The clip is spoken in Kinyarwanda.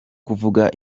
kuvuga